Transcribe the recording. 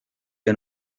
que